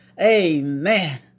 Amen